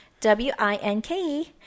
winke